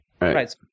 right